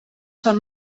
són